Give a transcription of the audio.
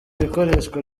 ikoreshwa